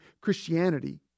Christianity